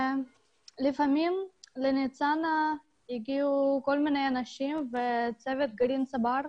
לפעמים לניצנה הגיעו כל מיני אנשים וצוות גרעין "צבר"